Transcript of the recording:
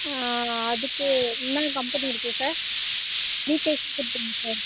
அதுக்கு என்ன கம்பெனி இருக்குது சார் விகேசியே கொடுத்துருங்க சார்